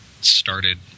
started